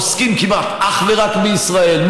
עוסקים כמעט אך ורק בישראל,